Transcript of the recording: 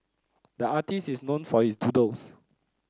the artist is known for his doodles